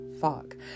fuck